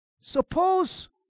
suppose